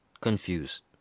confused